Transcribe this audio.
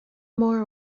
more